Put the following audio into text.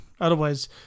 Otherwise